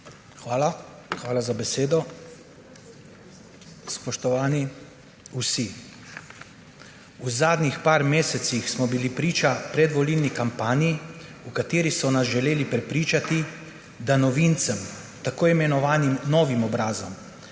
Hvala za besedo. Spoštovani vsi! V zadnjih nekaj mesecih smo bili priča predvolilni kampanji, v kateri so nas želeli prepričati, da novincem, tako imenovanim novim obrazom